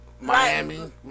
Miami